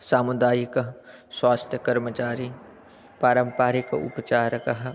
सामुदायिकः स्वास्थ्यकर्मचारी पारम्परिक उपचारकः